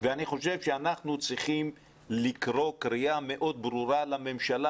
ואני חושב שאנחנו צריכים לקרוא קריאה מאוד ברורה לממשלה